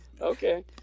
Okay